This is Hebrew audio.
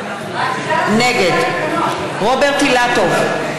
נגד רוברט אילטוב,